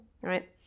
right